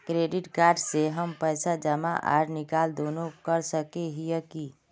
Credit card से हम पैसा जमा आर निकाल दोनों कर सके हिये की?